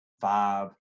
five